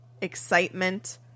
excitement